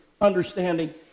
understanding